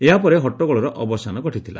ଏହା ପରେ ହଟ୍ଟଗୋଳର ଅବସାନ ଘଟିଥିଲା